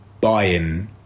buying